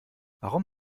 warum